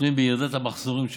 התלויים בירידת המחזורים שלו,